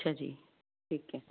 ਅੱਛਾ ਜੀ ਠੀਕ ਐ